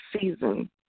season